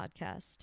podcast